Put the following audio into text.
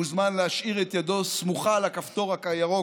מוזמן להשאיר את ידו סמוכה על הכפתור הירוק